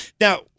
now